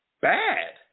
bad